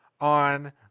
on